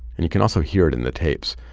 and you can also hear it in the tapes,